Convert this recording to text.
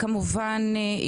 כמובן,